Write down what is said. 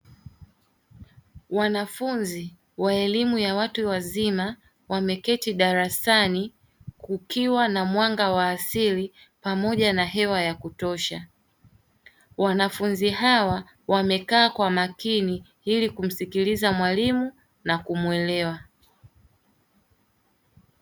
Wanafunzi wa elimu ya watu wazima wameketi darasani kukiwa na mwanga wa asili pamoja na hewa ya kutosha. Wanafuzi hawa wamekaa kwa makini ili kumsikiliza mwalimu na kumuelewa.